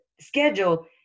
schedule